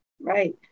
Right